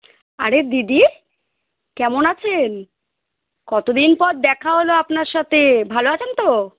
আরে দিদি কেমন আছেন কতো দিন পর দেখা হলো আপনার সাথে ভালো আছেন তো